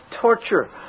torture